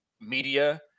media